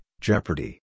Jeopardy